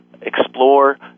explore